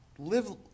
Live